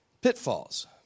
pitfalls